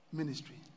ministry